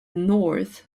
north